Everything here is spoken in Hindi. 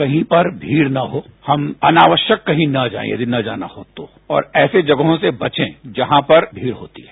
कहीं पर भीड़ न हो हम अनावश्यक कहीं न जाए यदि नहीं जाना हो तो और ऐसी जगहों से बचें जहां भीड़ होती है